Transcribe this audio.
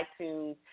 iTunes